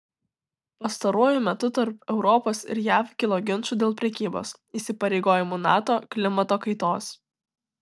pastaruoju metu tarp europos ir jav kilo ginčų dėl prekybos įsipareigojimų nato klimato kaitos